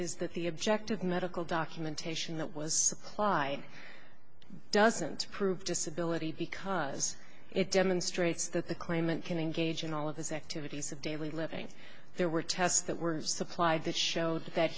is that the objective medical documentation that was supply it doesn't prove disability because it demonstrates that the claimant can engage in all of his activities of daily living there were tests that were supplied that showed that